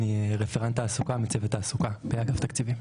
אני רפרנט תעסוקה מצוות תעסוקה באגף תקציבים.